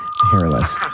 hairless